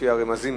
לפי הרמזים,